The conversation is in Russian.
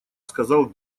сказал